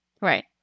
Right